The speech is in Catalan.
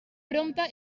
prompte